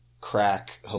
Crack